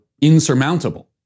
insurmountable